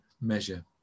measure